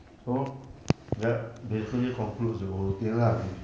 so ya basically concludes the whole thing lah with